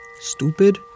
stupid